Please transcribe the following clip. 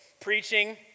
Preaching